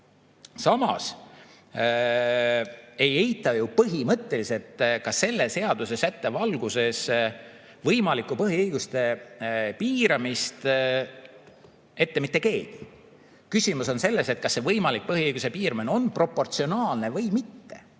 Samas, põhimõtteliselt ei eita ju selle seadusesätte valguses võimalikku põhiõiguste piiramist mitte keegi. Küsimus on selles, kas see võimalik põhiõiguse piiramine on proportsionaalne või mitte.